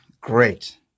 great